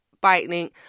biting